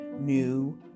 new